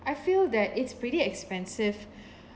I feel that it's pretty expensive